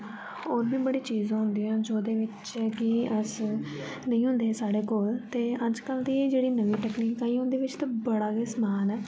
होर बी बड़ी चीज़ां होंदिया जोह्दे बिच्च कि अस नेईं होंदे साढे़ कोल ते अज्जकल दी जेह्ड़ी नमीं टेकनिक आई उं'दे बिच्च बड़ा गै समान ऐ